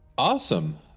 Awesome